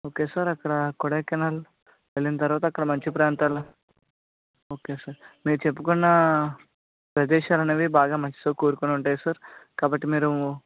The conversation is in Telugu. ఓకే సార్ అక్కడ కొడైకెనాల్ వెళ్ళిన తరువాత అక్కడ మంచు ప్రాంతాలు ఓకే సార్ మీరు చెప్పుకున్న ప్రదేశాలు అనేవి బాగా మంచుతో కూరుకుని ఉంటాయి సార్ కాబట్టి మీరు